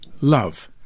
Love